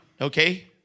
Okay